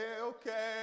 Okay